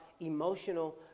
emotional